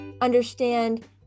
understand